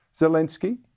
Zelensky